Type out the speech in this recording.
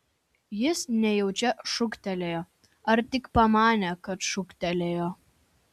jis nejučia šūktelėjo ar tik pamanė kad šūktelėjo